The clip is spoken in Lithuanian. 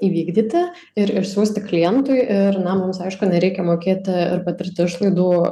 įvykdyti ir išsiųsti klientui ir na mums aišku nereikia mokėti ir patirti išlaidų